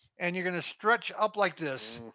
and you're gonna stretch up like this.